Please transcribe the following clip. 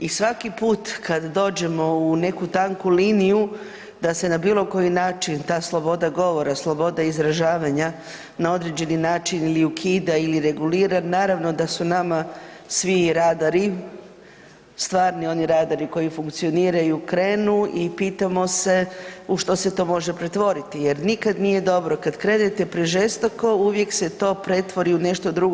I svaki put kad dođemo u neku tanku liniju da se na bilo koji način ta sloboda govora, sloboda izražavanja na određeni način ili ukida ili regulira naravno da su nama svi radari stvarni oni radari koji funkcioniraju krenu i pitamo se u što se to može pretvoriti jer nikad nije dobro kad krenete prežestoko uvijek se to pretvori u nešto drugo.